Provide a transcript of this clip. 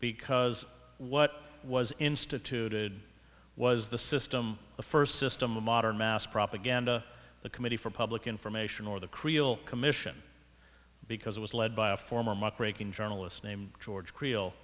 because what was instituted was the system the first system of modern mass propaganda the committee for public information or the creel commission because it was led by a former muckraking journalist named george